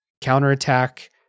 counterattack